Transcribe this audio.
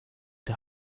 der